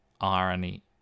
irony